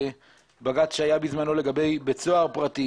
בג"ץ שהיה בזמנו לגבי בית סוהר פרטי